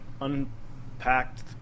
unpacked